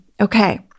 Okay